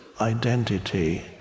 identity